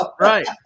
right